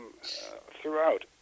throughout